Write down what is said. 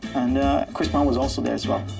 and chris brown was also there as well.